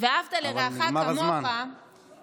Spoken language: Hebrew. "ואהבת לרעך כמוך" אבל נגמר הזמן.